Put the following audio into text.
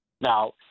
Now